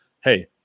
hey